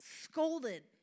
scolded